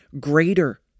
greater